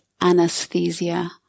anesthesia